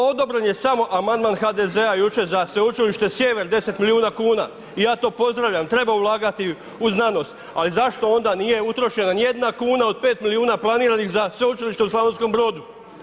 Odobren je samo amandman HDZ-a jučer za Sveučilište Sjever 10 milijuna kuna i ja to pozdravljam, treba ulagati u znanost ali zašto onda nije utrošena nijedna kuna od 5 milijuna planiranih za sveučilište u Slavonskom Brodu?